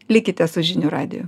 likite su žinių radiju